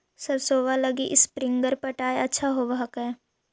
सरसोबा लगी स्प्रिंगर पटाय अच्छा होबै हकैय?